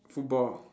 football